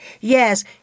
Yes